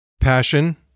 Passion